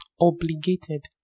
obligated